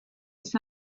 oes